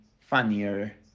funnier